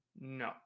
no